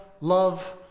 love